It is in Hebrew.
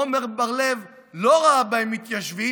עמר בר לב לא ראה בהם מתיישבים,